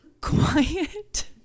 quiet